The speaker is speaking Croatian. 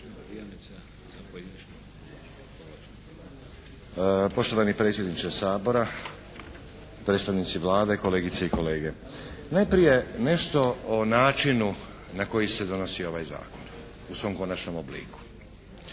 Poštovani predsjedniče Sabora, predstavnici Vlade, kolegice i kolege. Najprije nešto o načinu na koji se donosi ovaj Zakon u svom konačnom obliku.